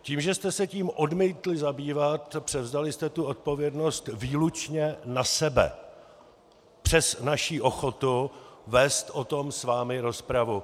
Tím, že jste se tím odmítli zabývat, převzali jste odpovědnost výlučně na sebe přes naši ochotu vést o tom s vámi rozpravu.